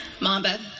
mamba